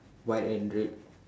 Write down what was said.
white and red